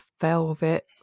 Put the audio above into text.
velvet